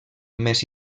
més